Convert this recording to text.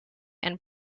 and